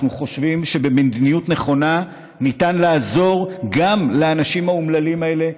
אנחנו חושבים שבמדיניות נכונה ניתן לעזור גם לאנשים האומללים האלה,